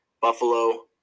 Buffalo